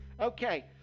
Okay